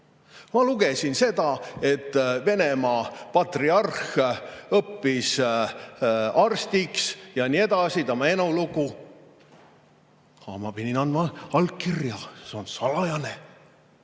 Ma lugesin seda, et Venemaa patriarh õppis arstiks ja nii edasi, tema elulugu. Ma pidin andma allkirja, see on salajane.